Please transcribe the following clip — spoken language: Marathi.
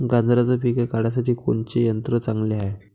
गांजराचं पिके काढासाठी कोनचे यंत्र चांगले हाय?